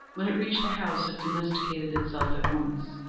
when it reached the house it domesticated itself at once,